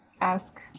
ask